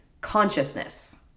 Consciousness